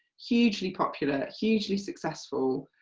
hugely popular, hugely successful,